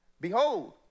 behold